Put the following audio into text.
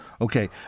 Okay